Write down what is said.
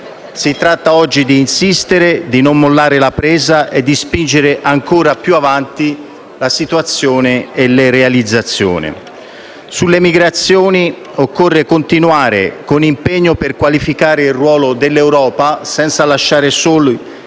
Si tratta oggi di insistere, di non mollare la presa e di spingere ancora più avanti la situazione e la realizzazione. Sulle migrazioni occorre continuare con impegno per qualificare il ruolo dell'Europa senza lasciare soli